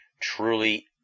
truly